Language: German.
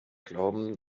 glauben